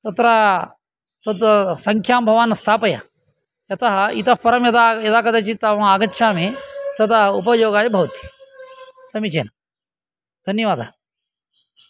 तत्र तत् संख्यां भवान् स्थापय यतः इतःपरं यदा यदा कदाचित् अहम् आगच्छामि तदा उपयोगाय भवति समीचीनम् धन्यवादः